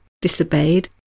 disobeyed